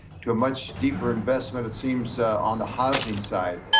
to a much deeper investment. it seems on the housing side.